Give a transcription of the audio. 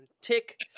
Tick